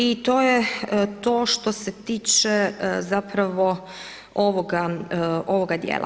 I to je to, što se tiče zapravo ovoga dijela.